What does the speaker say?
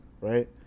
right